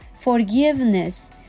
forgiveness